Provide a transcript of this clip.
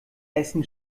essen